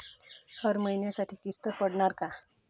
हर महिन्यासाठी किस्त पडनार का?